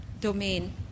domain